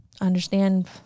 understand